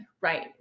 Right